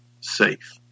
safe